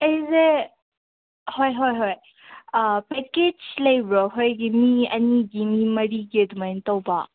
ꯑꯩꯁꯦ ꯍꯣꯏ ꯍꯣꯏ ꯍꯣꯏ ꯄꯦꯀꯦꯖ ꯂꯩꯕ꯭ꯔꯣ ꯑꯩꯈꯣꯏꯒꯤ ꯃꯤ ꯑꯅꯤꯒꯤ ꯃꯤ ꯃꯔꯤꯒꯤ ꯑꯗꯨꯃꯥꯏꯅ ꯇꯧꯕ